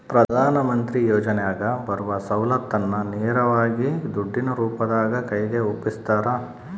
ಪ್ರಧಾನ ಮಂತ್ರಿ ಯೋಜನೆಯಾಗ ಬರುವ ಸೌಲತ್ತನ್ನ ನೇರವಾಗಿ ದುಡ್ಡಿನ ರೂಪದಾಗ ಕೈಗೆ ಒಪ್ಪಿಸ್ತಾರ?